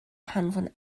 hanfon